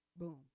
Boom